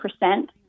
percent